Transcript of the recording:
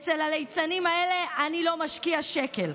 אצל הליצנים האלה אני לא משקיע שקל.